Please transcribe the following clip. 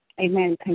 amen